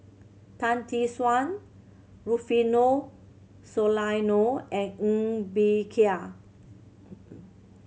Tan Tee Suan Rufino Soliano and Ng Bee Kia